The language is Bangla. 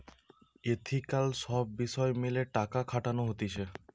এথিকাল সব বিষয় মেলে টাকা খাটানো হতিছে